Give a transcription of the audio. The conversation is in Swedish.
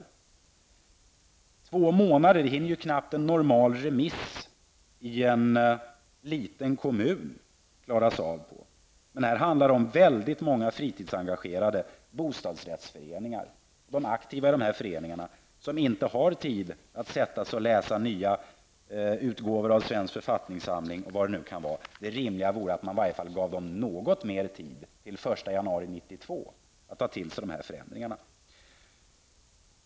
På två månader hinner knappast en normal remiss i en liten kommun klaras av. Här handlar det om väldigt många fritidsengagerade, aktiva i bostadsrättsföreningar som inte har tid att sätta sig och läsa nya utgåvor av svensk författningssamling och vad det nu kan vara. Det rimliga vore att man i varje fall gav dem något mer tid, till den januari 1992, att ta till sig förändringarna.